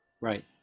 Right